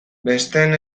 besteen